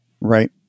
Right